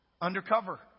Undercover